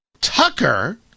tucker